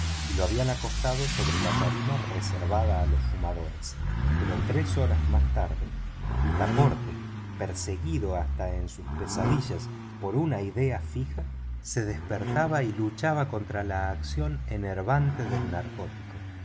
y lo habían acostado sobre la tarima reservada a los fumadores pero tres horas más tarde picaporte perseguido hasta en sus pesadillas por una idea fija se despertaba y luchaba contra la acción enervante del narcótico